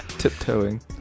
Tiptoeing